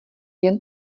jen